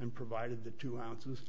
and provided the two ounces